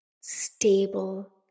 stable